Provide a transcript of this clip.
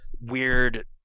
weird